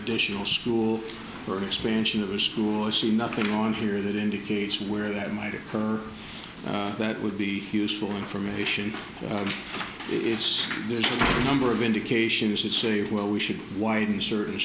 additional school or an expansion of a school or see nothing on here that indicates where that might occur that would be useful information it's there's a number of indications that say well we should widen certain